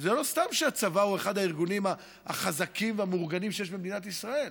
לא סתם שהצבא הוא אחד הארגונים החזקים והמאורגנים שיש במדינת ישראל.